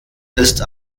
ist